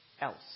else